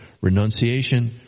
renunciation